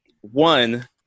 one